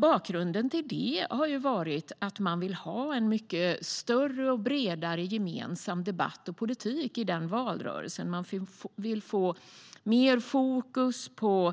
Bakgrunden till det har varit att man vill ha en mycket större och bredare gemensam debatt och politik i valrörelsen och få mer fokus på